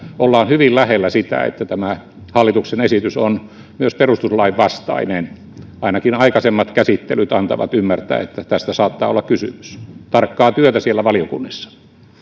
ollaan hyvin lähellä sitä että tämä hallituksen esitys on myös perustuslain vastainen ainakin aikaisemmat käsittelyt antavat ymmärtää että tästä saattaa olla kysymys tarkkaa työtä siellä valiokunnissa